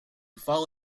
fall